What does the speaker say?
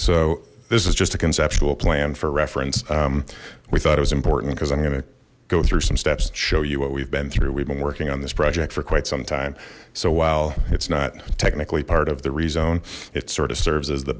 so this is just a conceptual plan for reference we thought it was important because i'm gonna go through some steps to show you what we've been through we've been working on this project for quite some time so while it's not technically part of the rezone it sort of serves as the